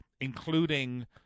including